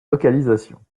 localisation